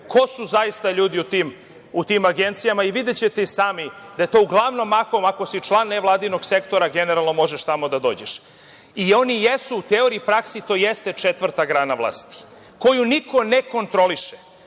ko su zaista ljudi u tim agencijama i videćete i sami da je to uglavnom mahom ako si član nevladinog sektora generalno možeš tamo da dođeš. I oni jesu, u teoriji i praksi to jeste četvrta grana vlasti koju niko ne kontroliše. Malopre